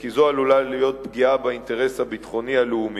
כי זו עלולה להיות פגיעה באינטרס הביטחוני הלאומי,